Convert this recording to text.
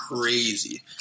crazy